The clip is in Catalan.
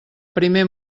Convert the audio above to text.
primer